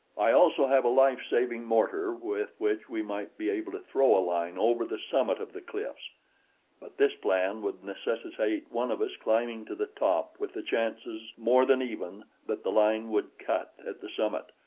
i also have a life-saving mortar with which we might be able to throw a line over the summit of the cliffs but this plan would necessitate one of us climbing to the top with the chances more than even that the line would cut at the summit,